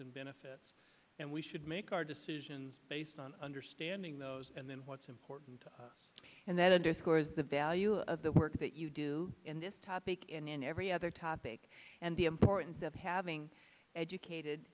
and benefits and we should make our decisions based on understanding those and then what's important and that underscores the value of the work that you do in this topic and in every other topic and the importance of having educated